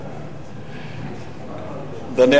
אדוני,